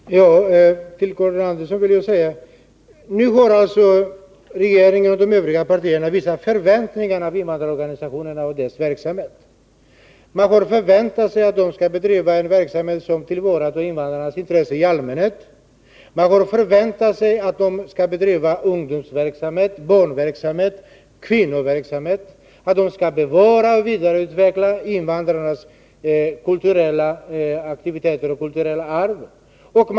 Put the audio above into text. Herr talman! Till Karin Andersson vill jag säga att nu har alltså regeringen och de övriga partierna vissa förväntningar på invandrarorganisationerna och deras verksamhet. Man förväntar sig att de skall bedriva en verksamhet som tillvaratar invandrarnas intressen i allmänhet. Man förväntar sig att de skall bedriva ungdomsverksamhet, barnverksamhet och kvinnoverksamhet och att de skall bevara och vidareutveckla invandrarnas kulturella aktiviteter och kulturella arv.